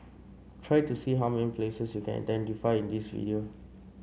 try to see how many places you can identify in this video